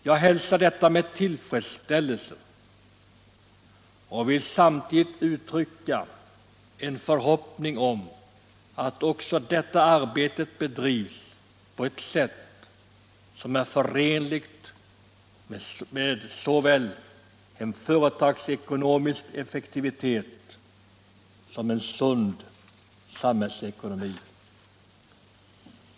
Jag hälsar detta med tillfredsställelse och vill samtidigt uttrycka en förhoppning om att också detta arbete bedrivs på ett sätt som är förenligt med såväl en företagsekonomisk effektivitet som en sund samhällsekonomi.